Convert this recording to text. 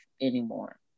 anymore